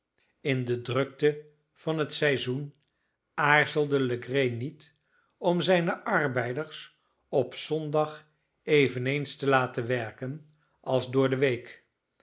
in de drukte van het seizoen aarzelde legree niet om zijne arbeiders op zondag eveneens te laten werken als door de week